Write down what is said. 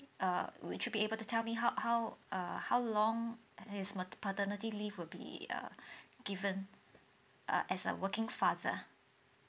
err would you be able to tell me how how err how long his mat~ paternity leave will be err given uh as a working father